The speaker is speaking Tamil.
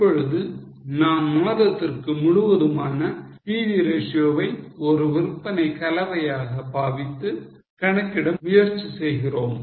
இப்பொழுது நாம் மாதத்திற்கு முழுவதுமான PV ratio வை ஒரு விற்பனை கலவையாக பாவித்து கணக்கிட முயற்சி செய்கிறோம்